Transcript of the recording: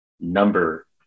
number